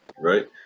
Right